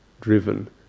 driven